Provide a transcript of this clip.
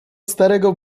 starego